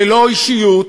ללא אישיות,